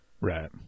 Right